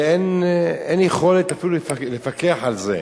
ואין אפילו יכולת לפקח על זה.